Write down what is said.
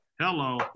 Hello